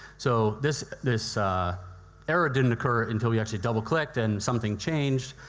so this this ah error didn't occur until we actually double-clicked and something changed,